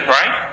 right